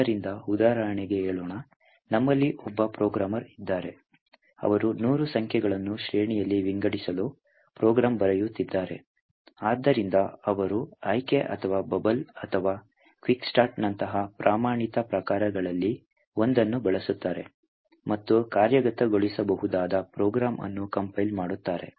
ಆದ್ದರಿಂದ ಉದಾಹರಣೆಗೆ ಹೇಳೋಣ ನಮ್ಮಲ್ಲಿ ಒಬ್ಬ ಪ್ರೋಗ್ರಾಮರ್ ಇದ್ದಾರೆ ಅವರು ನೂರು ಸಂಖ್ಯೆಗಳನ್ನು ಶ್ರೇಣಿಯಲ್ಲಿ ವಿಂಗಡಿಸಲು ಪ್ರೋಗ್ರಾಮ್ ಬರೆಯುತ್ತಿದ್ದಾರೆ ಆದ್ದರಿಂದ ಅವರು ಆಯ್ಕೆ ಅಥವಾ ಬಬಲ್ ಅಥವಾ ಕ್ವಿಕ್ಸಾರ್ಟ್ನಂತಹ ಪ್ರಮಾಣಿತ ಪ್ರಕಾರಗಳಲ್ಲಿ ಒಂದನ್ನು ಬಳಸುತ್ತಾರೆ ಮತ್ತು ಕಾರ್ಯಗತಗೊಳಿಸಬಹುದಾದ ಪ್ರೋಗ್ರಾಂ ಅನ್ನು ಕಂಪೈಲ್ ಮಾಡುತ್ತಾರೆ